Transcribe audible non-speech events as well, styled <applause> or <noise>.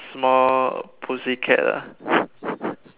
small pussycat ah <breath>